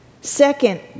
Second